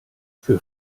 für